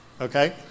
okay